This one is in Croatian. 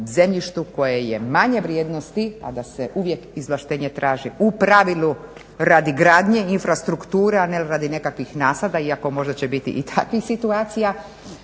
koje je manje vrijednosti a da se uvijek izvlaštenje traži u pravilu radi gradnje infrastrukture a ne radi nekakvih nasada iako možda će biti i takvih situacija